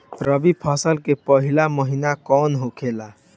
रबी फसल के पहिला महिना कौन होखे ला?